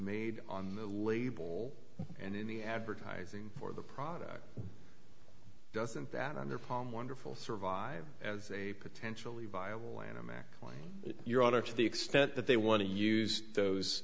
made on the label and in the advertising for the product doesn't that under palm wonderful survive as a potentially viable lanham act on your honor to the extent that they want to use those